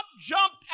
jumped